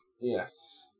Yes